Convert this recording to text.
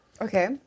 Okay